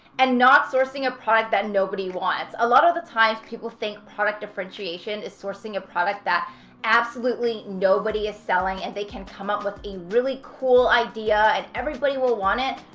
and not sourcing a product that nobody wants. a lot of the times people think product differentiation is sourcing a product that absolutely nobody is selling and they can come up with a really cool idea and everybody will want it,